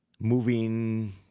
Moving